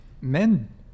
men